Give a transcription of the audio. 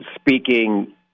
speaking